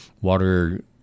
water